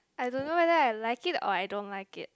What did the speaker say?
I don't know whether I like it or I don't like it